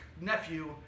nephew